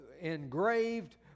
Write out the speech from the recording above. engraved